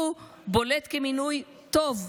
הוא בולט כמינוי טוב,